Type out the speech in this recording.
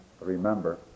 remember